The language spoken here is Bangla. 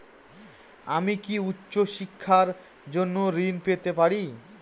আমি কি উচ্চ শিক্ষার জন্য ঋণ পেতে পারি?